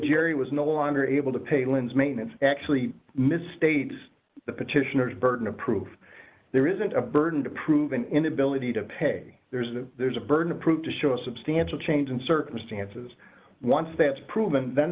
jerry was no longer able to pay lin's maintenance actually misstates the petitioners burden of proof there isn't a burden to prove an inability to pay there's a there's a burden of proof to show a substantial change in circumstances once that's proven th